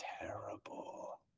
terrible